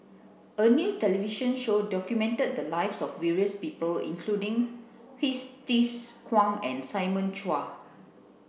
a new television show documented the lives of various people including Hsu Tse Kwang and Simon Chua